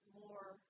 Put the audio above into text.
more